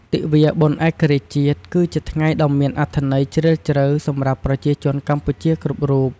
ទិវាបុណ្យឯករាជ្យជាតិ គឺជាថ្ងៃដ៏មានអត្ថន័យជ្រាលជ្រៅសម្រាប់ប្រជាជនកម្ពុជាគ្រប់រូប។